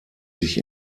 sich